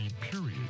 period